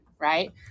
right